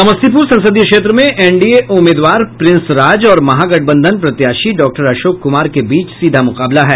समस्तीपुर संसदीय क्षेत्र में एनडीए उम्मीदवार प्रिंस राज और महागठबंधन प्रत्याशी डॉक्टर अशोक कुमार के बीच सीधा मुकाबला है